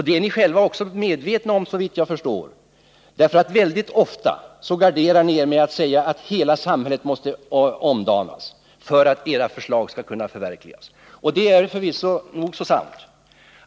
Det är ni själva också medvetna om, såvitt jag förstår, för väldigt ofta garderar ni er med att säga att hela samhället måste omdanas för att era förslag skall kunna förverkligas. Det är förvisso nog så sant.